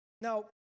Now